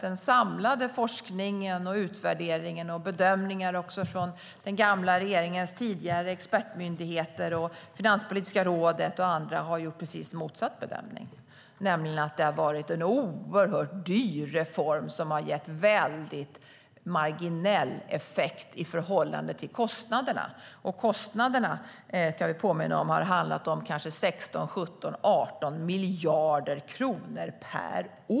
Den samlade forskningen och utvärderingen och bedömningar från den gamla regeringens tidigare expertmyndigheter, Finanspolitiska rådet och andra visar precis det motsatta, nämligen att det har varit en oerhört dyr reform som har gett marginell effekt i förhållande till kostnaderna. Vi kan påminna om att det har handlat om kanske 16-18 miljarder kronor per år.